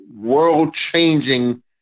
world-changing